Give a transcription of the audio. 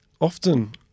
often